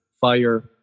fire